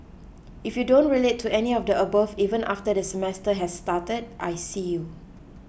if you don't relate to any of the above even after the semester has started I see you